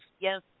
yes